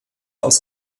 aus